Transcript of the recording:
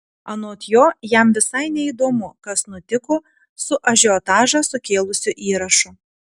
anot jo jam visai neįdomu kas nutiko su ažiotažą sukėlusiu įrašu